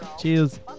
Cheers